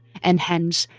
and hence,